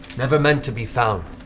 never meant to be found.